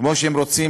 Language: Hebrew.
כמו שהם רוצים